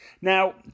Now